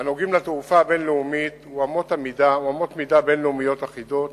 הנוגעים לתעופה הבין-לאומית הוא אמות מידה בין-לאומיות אחידות